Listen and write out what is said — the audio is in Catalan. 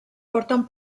porten